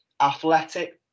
athletic